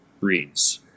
reads